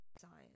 science